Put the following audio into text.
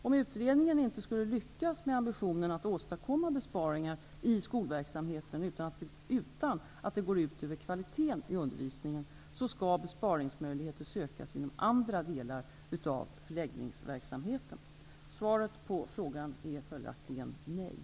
Om utredningen inte skulle lyckas med ambitionen att åstadkomma besparingar i skolverksamheten utan att det går ut över kvaliteten i undervisningen skall besparingsmöjligheter sökas inom andra delar av förläggningsverksamheten. Svaret på frågan är följaktligen nej.